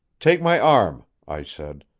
take my arm, i said.